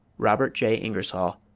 robert j. ingersoll,